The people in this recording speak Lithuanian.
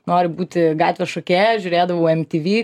noriu būti gatvės šokėja žiūrėdavau mtv